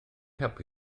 helpu